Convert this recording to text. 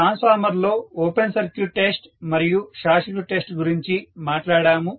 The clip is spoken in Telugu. ట్రాన్స్ఫార్మర్ లో ఓపెన్ సర్క్యూట్ టెస్ట్ మరియు షార్ట్ సర్క్యూట్ టెస్ట్ గురించి మాట్లాడాము